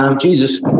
Jesus